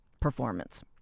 performance